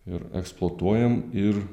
ir eksploatuojam ir